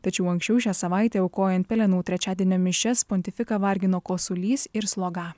tačiau anksčiau šią savaitę aukojant pelenų trečiadienio mišias pontifiką vargino kosulys ir sloga